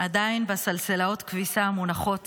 עדיין בסלסילות כביסה שמונחות